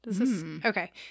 Okay